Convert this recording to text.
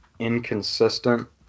inconsistent